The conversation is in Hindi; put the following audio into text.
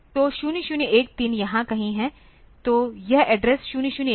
तो 0013 यहां कहीं है तो यह एड्रेस 0013 है